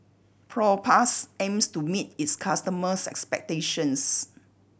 Propass aims to meet its customers' expectations